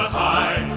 high